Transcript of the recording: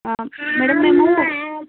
madam మేము